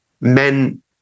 men